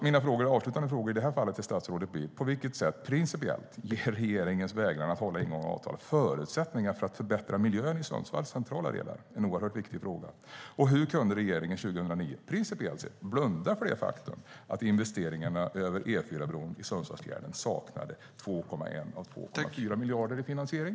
Mina avslutande frågor till statsrådet blir i det här fallet: På vilket sätt, principiellt, ger regeringens vägran att hålla ingångna avtal förutsättningar för att förbättra miljön i Sundsvalls centrala delar? Det är en oerhört viktig fråga. Hur kunde regeringen 2009, principiellt sett, blunda för det faktum att investeringarna i E4-bron över Sundsvallsfjärden saknade 2,1 miljard av 2,4 miljarder i finansiering?